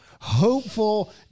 hopeful